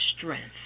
strength